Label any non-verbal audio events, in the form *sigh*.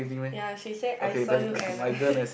ya she say I saw you Anna *laughs*